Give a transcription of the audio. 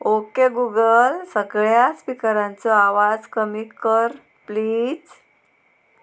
okay Google सगळ्या स्पिकरांचो आवाज कमी कर प्लीज